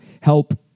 help